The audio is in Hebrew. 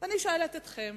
אני שואלת אתכם: